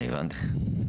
אני הבנתי.